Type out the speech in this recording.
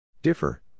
Differ